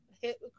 hit